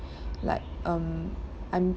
like um I'm